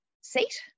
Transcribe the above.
seat